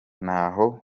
ntaho